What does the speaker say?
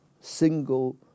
single